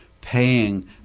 paying